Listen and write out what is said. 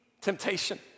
temptation